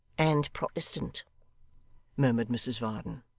and protestant murmured mrs varden.